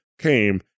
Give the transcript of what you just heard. came